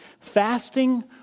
Fasting